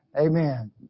Amen